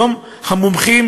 היום המומחים